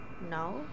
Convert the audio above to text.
now